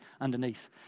underneath